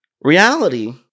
Reality